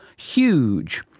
huge.